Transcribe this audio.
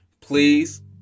please